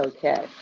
Okay